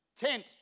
tent